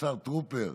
השר טרופר,